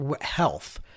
health